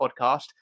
podcast